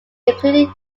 including